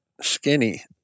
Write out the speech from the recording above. skinny